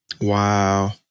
Wow